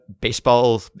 baseball